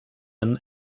een